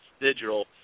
digital